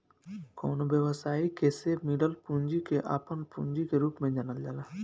कवनो व्यवसायी के से मिलल पूंजी के आपन पूंजी के रूप में जानल जाला